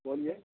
बोलिए